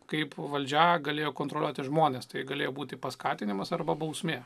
kaip valdžia galėjo kontroliuoti žmones tai galėjo būti paskatinimas arba bausmė